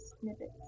Snippets